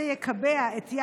והיא מכירה את זה.